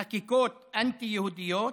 חקיקות אנטי-יהודיות,